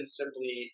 simply